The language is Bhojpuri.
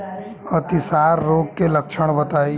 अतिसार रोग के लक्षण बताई?